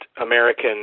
American